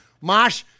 Mosh